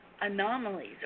anomalies